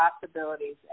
possibilities